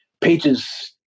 pages